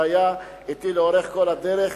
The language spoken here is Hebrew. שהיה אתי לאורך כל הדרך,